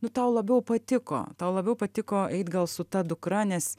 nu tau labiau patiko tau labiau patiko eit gal su ta dukra nes